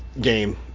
game